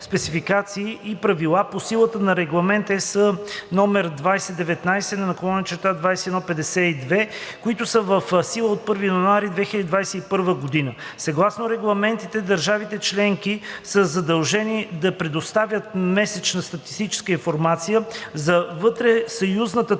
и правила по силата на Регламент (ЕС) № 2019/2152, които са в сила от 1 януари 2021 г. Съгласно регламентите държавите членки са задължени да предоставят месечна статистическа информация за вътресъюзната